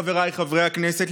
חבריי חברי הכנסת,